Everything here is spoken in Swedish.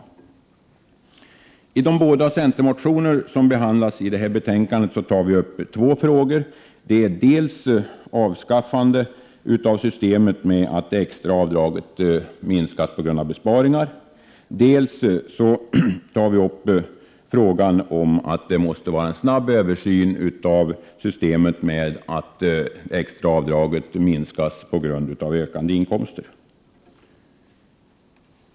49 I de båda centermotioner som behandlas i detta betänkande tar vi upp två frågor: dels avskaffande av systemet med att extraavdraget minskas på grund av besparingar, dels en snabb översyn av systemet med att extraavdraget minskas på grund av ökande inkomster.